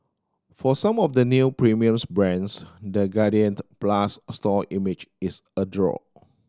for some of the new premium brands the Guardian Plus store image is a draw